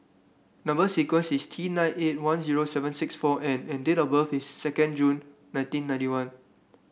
number sequence is T nine eight one zero seven six four N and date of birth is second June nineteen ninety one